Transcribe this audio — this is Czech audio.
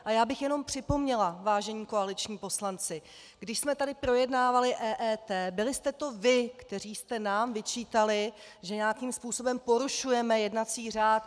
A já bych jenom připomněla, vážení koaliční poslanci, když jsme tady projednávali EET, byli jste to vy, kteří jste nám vyčítali, že nějakým způsobem porušujeme jednací řád.